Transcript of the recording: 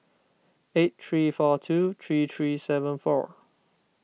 eight three four two three three seven four